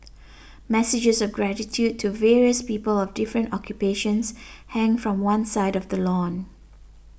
messages of gratitude to various people of different occupations hang from one side of the lawn